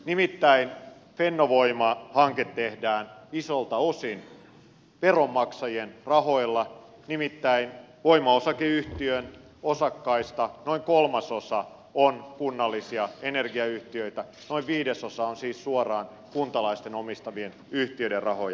nimittäin fennovoima hanke tehdään isolta osin veronmaksajien rahoilla nimittäin voimaosakeyhtiön osakkaista noin kolmasosa on kunnallisia energiayhtiöitä noin viidesosa on siis suoraan kuntalaisten omistamien yhtiöiden rahoja